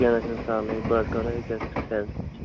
کیٚنٛہہ نہَ حظ چھِنہٕ سہلٕے بہٕ حظ کَرہو یہِ کیٛاہ سٮ۪نٛڈ